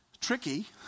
tricky